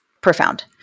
profound